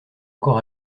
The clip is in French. encore